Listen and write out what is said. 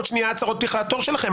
עוד שנייה הצהרות פתיחה בתור שלכם.